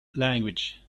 language